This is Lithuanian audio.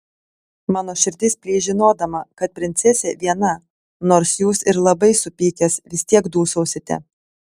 mano širdis plyš žinodama kad princesė viena nors jūs ir labai supykęs vis tiek dūsausite